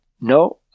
no